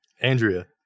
Andrea